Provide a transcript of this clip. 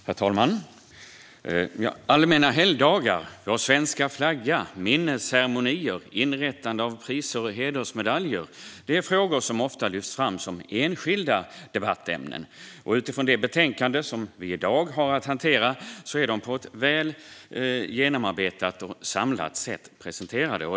Herr talman! Allmänna helgdagar, vår svenska flagga, minnesceremonier och inrättande av priser och hedersmedaljer är frågor som ofta lyfts fram som enskilda debattämnen. Utifrån det betänkande som vi i dag har att hantera är de på ett väl genomarbetat och samlat sätt presenterade.